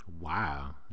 Wow